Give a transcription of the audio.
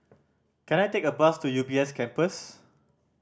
can I take a bus to U B S Campus